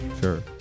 Sure